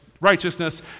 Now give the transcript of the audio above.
righteousness